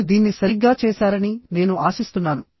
మీరు దీన్ని సరిగ్గా చేశారని నేను ఆశిస్తున్నాను